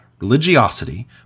Religiosity